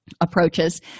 approaches